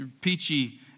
peachy